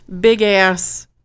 big-ass